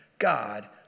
God